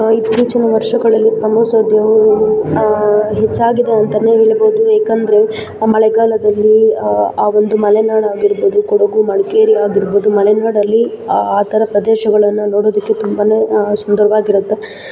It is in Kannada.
ಇತ್ತೀಚಿನ ವರ್ಷಗಳಲ್ಲಿ ಪ್ರವಾಸೋದ್ಯಮವು ಹೆಚ್ಚಾಗಿದೆ ಅಂತನೇ ಹೇಳ್ಬೋದು ಏಕಂದರೆ ಮಳೆಗಾಲದಲ್ಲಿ ಆ ಒಂದು ಮಲೆನಾಡು ಆಗಿರ್ಬೋದು ಕೊಡಗು ಮಡಿಕೇರಿ ಆಗಿರ್ಬೋದು ಮಲೆನಾಡಲ್ಲಿ ಆ ಥರ ಪ್ರದೇಶಗಳನ್ನು ನೋಡೋದಕ್ಕೆ ತುಂಬ ಸುಂದರವಾಗಿರುತ್ತೆ